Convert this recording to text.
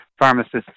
Pharmacists